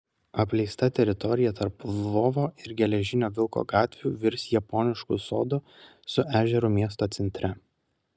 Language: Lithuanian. apleista teritorija tarp lvovo ir geležinio vilko gatvių virs japonišku sodu su ežeru miesto centre